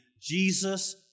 Jesus